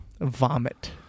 Vomit